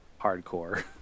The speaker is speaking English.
Hardcore